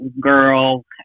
girl